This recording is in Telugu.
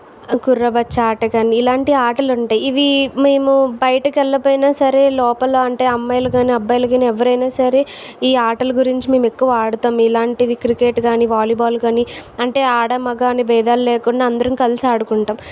కుర్ర బచ్చా ఆట కానీ ఇలాంటి ఆటలు ఉంటాయి ఇవి మేము బయటికెళ్ళకపోయిన సరే లోపల అంటే అమ్మాయిలు కానీ అబ్బాయిలు కానీ ఎవరైనా సరే ఈ ఆటలు గురించి మేము ఎక్కువ ఆడతాం ఇలాంటివి క్రికెట్ కానీ వాలీబాల్ కానీ అంటే ఆడ మగ అని బేధాలు లేకుండా అందరం కలిసి ఆడుకుంటాం